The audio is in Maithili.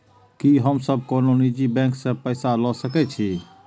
की हम सब कोनो निजी बैंक से पैसा ले सके छी?